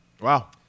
Wow